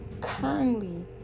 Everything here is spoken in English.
kindly